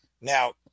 Now